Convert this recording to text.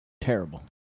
Terrible